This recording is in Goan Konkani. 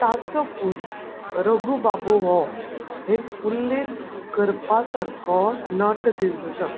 ताचो पूत रघुबाबू हो एक उल्लेख करपा सारको नट दिल्लो जाता